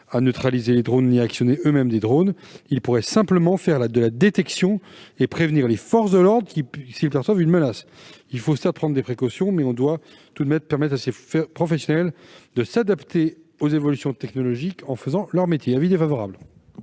à neutraliser des drones ni à en actionner eux-mêmes. Ils pourraient simplement les détecter et prévenir les forces de l'ordre, s'ils perçoivent une menace. Il faut certes prendre des précautions, mais on doit tout de même permettre à ces professionnels de s'adapter aux évolutions technologiques, lorsqu'ils exercent leur métier. La